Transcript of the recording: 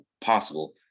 possible